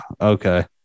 okay